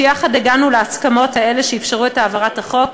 שיחד הגענו להסכמות האלה שאפשרו את העברת החוק,